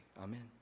Amen